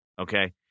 Okay